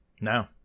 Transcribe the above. No